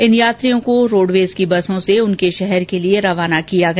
इन यात्रियों को रोड़वेज की बसों से उनके शहर के लिए रवाना किया गया